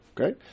Okay